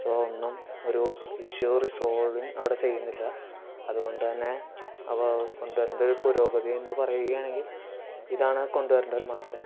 so ഒന്നും ഒരു issue resolving അവിടെ ചെയ്യുന്നില്ല അതുകൊണ്ടുതന്നെ അവ കൊണ്ടുവരേണ്ട ഒരു പുരോഗതി എന്ന് പറയുകയാണെങ്കിൽ ഇതാണ് ആ കൊണ്ടുവരേണ്ട ഒരു മാറ്റം